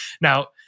Now